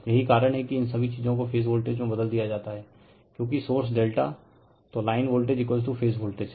यही कारण है कि इन सभी चीजो को फेज वोल्टेज से बदल दिया जाता हैं क्योकि सोर्स ∆ तो लाइन वोल्टेजफेज वोल्टेज हैं